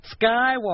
Skywalker